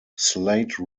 slate